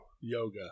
Yoga